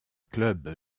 club